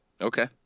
Okay